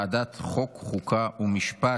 לוועדת החוקה, חוק ומשפט.